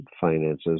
finances